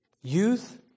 Youth